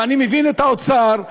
ואני מבין את האוצר,